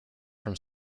from